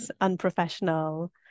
unprofessional